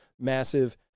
massive